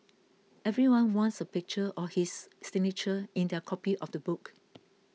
everyone wants a picture or his signature in their copy of the book